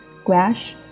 squash